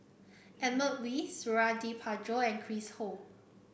Edmund Wee Suradi Parjo and Chris Ho